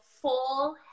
full